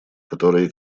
которые